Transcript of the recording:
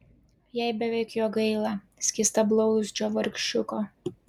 jai beveik jo gaila skystablauzdžio vargšiuko